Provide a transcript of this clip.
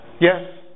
Yes